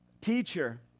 teacher